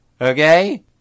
Okay